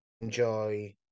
enjoy